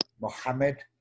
Mohammed